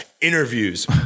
Interviews